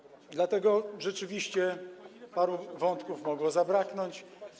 Dlatego rzeczywiście paru wątków mogło zabraknąć.